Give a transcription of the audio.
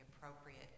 appropriate